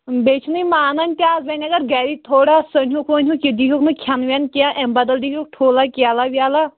بیٚیِہ چھِنہٕ یِم مانان تہِ از ؤنۍ اگر گَرِکۍ تھوڑا سٔنہُوٚکۍ ؤنٛہُوٚکۍ یہِ دیٖہُکۍ نہٕ کھیٚنہٕ ویٚنہٕ کیٚنٛہہ امہِ بدل دیٖہُکۍ ٹھوٗلا کیلا ویلا